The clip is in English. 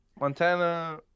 Montana